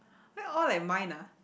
why all like mine ah